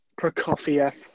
Prokofiev